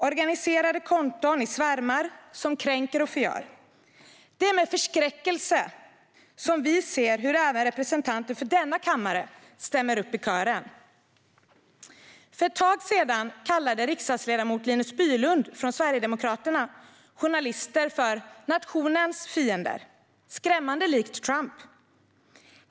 Organiserade konton angriper i svärmar som kränker och förgör. Det är med förskräckelse vi ser hur även representanter för denna kammare stämmer in i kören. För ett tag sedan kallade riksdagsledamoten Linus Bylund, Sverigedemokraterna, journalister för nationens fiender - skrämmande likt Trump.